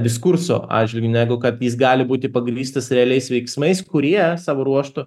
diskurso atžvilgiu negu kad jis gali būti pagrįstas realiais veiksmais kurie savo ruožtu